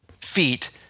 feet